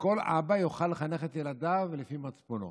כל אבא יוכל לחנך את ילדיו לפי מצפונו.